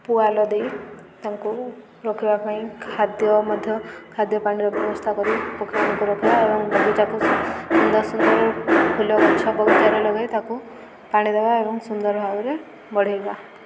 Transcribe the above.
ପୁଆଲ ଦେଇ ତାଙ୍କୁ ରଖିବା ପାଇଁ ଖାଦ୍ୟ ମଧ୍ୟ ଖାଦ୍ୟ ପାଣିର ବ୍ୟବସ୍ଥା କରି ପକ୍ଷୀଙ୍କୁ ରଖିବା ଏବଂ ବଗିଚାକୁ ସୁନ୍ଦର ସୁନ୍ଦର ଫୁଲ ଗଛ ବଗିଚାରେ ଲଗେଇ ତାକୁ ପାଣି ଦେବା ଏବଂ ସୁନ୍ଦର ଭାବରେ ବଢ଼େଇବା